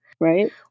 Right